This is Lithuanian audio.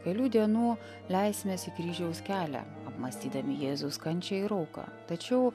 kelių dienų leisimės į kryžiaus kelią apmąstydami jėzaus kančią ir auką tačiau